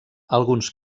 alguns